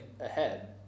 ahead